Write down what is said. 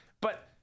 But-